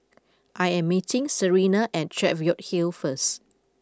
I am meeting Serina at Cheviot Hill first